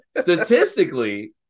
statistically